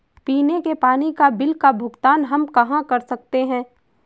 पीने के पानी का बिल का भुगतान हम कहाँ कर सकते हैं?